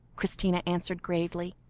christina answered gravely,